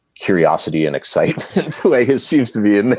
curiosity and excite his seems to be and